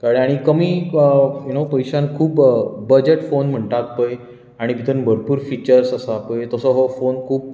कळ्ळें आनी कमी यु नो पयश्यांत खूब बजट फोन म्हणटात पळय आनी भितर भरपूर फिचर्स आसात पळय तसो हो फोन खूब